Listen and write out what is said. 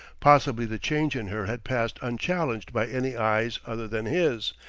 possibly the change in her had passed unchallenged by any eyes other than his,